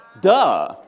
Duh